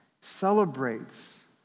celebrates